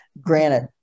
granted